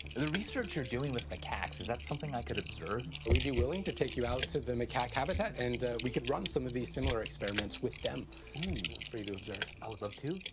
the research you're doing with macaques, is that something i could observe? we'd be willing to take you out to the macaque habitat and we could run some of these similar experiments with them for you to observe. ooh. i would love to.